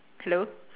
hello